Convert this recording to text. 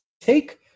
take